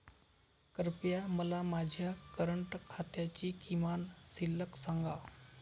कृपया मला माझ्या करंट खात्याची किमान शिल्लक सांगा